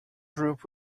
group